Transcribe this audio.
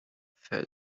fell